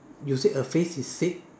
you said a phrase is said